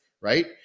right